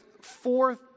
four